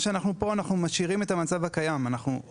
פה אנחנו משאירים את המבנה התאגידי הקיים של הגופים